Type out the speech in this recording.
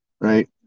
right